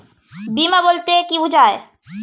বিমা বলতে কি বোঝায়?